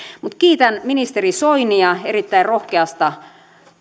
kiitän ministeri soinia erittäin rohkeasta